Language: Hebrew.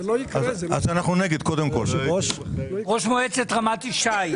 ראש מועצת רמת ישי.